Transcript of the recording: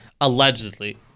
allegedly